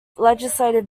legislative